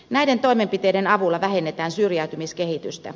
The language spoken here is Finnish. näiden toimenpiteiden avulla vähennetään syrjäytymiskehitystä